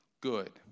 Good